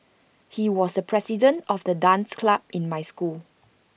he was the president of the dance club in my school